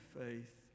faith